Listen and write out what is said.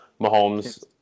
Mahomes